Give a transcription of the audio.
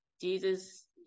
Jesus